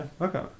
Okay